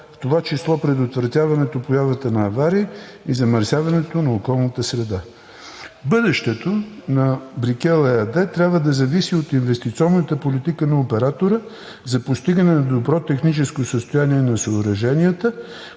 в това число предотвратяване на появата на аварии и замърсяването на околната среда. Бъдещето на „Брикел“ ЕАД трябва да зависи от инвестиционната политика на оператора за постигане на добро техническо състояние на съоръженията,